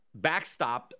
backstopped